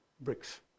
bricks